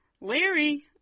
Larry